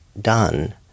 done